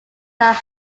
are